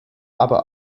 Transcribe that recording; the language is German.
aber